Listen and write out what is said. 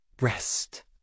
rest